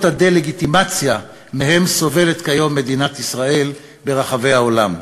הדה-לגיטימציה שמהן סובלת כיום מדינת ישראל ברחבי העולם.